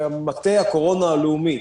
למטה הקורונה הלאומי.